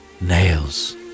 nails